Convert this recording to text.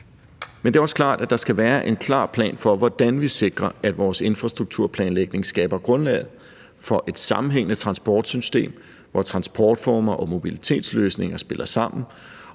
Men det er også klart, at der skal være en klar plan for, hvordan vi sikrer, at vores infrastrukturplanlægning skaber grundlaget for et sammenhængende transportsystem, hvor transportformer og mobilitetsløsninger spiller sammen,